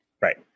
Right